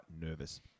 nervous